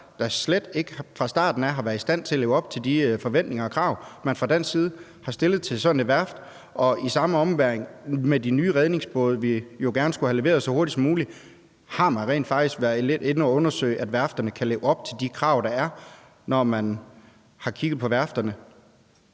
der fra starten slet ikke har været i stand til at leve op til de forventninger og krav, man fra dansk side har stillet til sådan et værft. I samme ombæring vil jeg også spørge med hensyn til de nye redningsbåde, vi jo gerne skulle have leveret så hurtigt som muligt: Har man rent faktisk været lidt inde at undersøge, om værfterne kan leve op til de krav, der er, når man har kigget på værfterne?